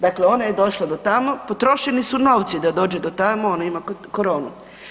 Dakle, ona je došla do tamo, potrošeni su novci da dođe do tamo, a ona ima koronu.